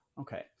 Okay